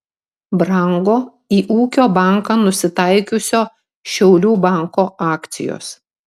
brango į ūkio banką nusitaikiusio šiaulių banko akcijos